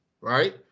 right